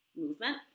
movement